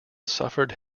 suffered